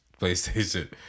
PlayStation